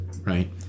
right